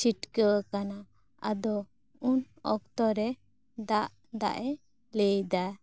ᱪᱷᱤᱴᱠᱟᱹᱣ ᱟᱠᱟᱱᱟ ᱟᱫᱚ ᱩᱱ ᱚᱠᱛᱚ ᱨᱮ ᱫᱟᱜ ᱫᱟᱜ ᱮ ᱞᱟᱹᱭ ᱫᱟ